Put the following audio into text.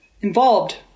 involved